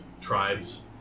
tribes